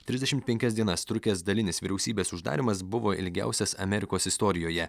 trisdešimt penkias dienas trukęs dalinis vyriausybės uždarymas buvo ilgiausias amerikos istorijoje